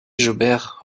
jaubert